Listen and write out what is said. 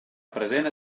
present